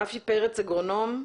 רפי חפץ, אגרונום,